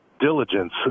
diligence